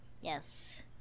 yes